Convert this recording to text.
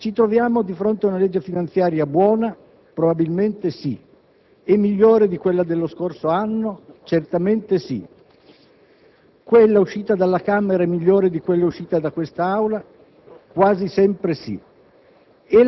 ci troviamo di fronte ad una legge finanziaria buona? Probabilmente sì. Migliore di quella dello scorso anno? Certamente sì. Quella uscita dalla Camera è migliore di quella uscita da quest'Aula? Quasi sempre sì.